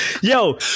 Yo